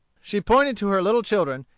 she pointed to her little children,